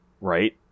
Right